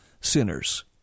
sinners